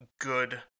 good